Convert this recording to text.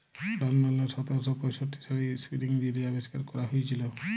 লল্ডলে সতের শ পঁয়ষট্টি সালে ইস্পিলিং যিলি আবিষ্কার ক্যরা হঁইয়েছিল